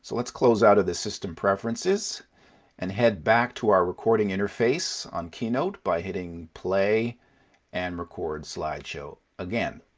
so let's close out of the system preferences and head back to our recording interface on keynote by hitting play and record slideshow again.